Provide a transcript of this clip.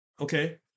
okay